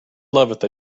loveth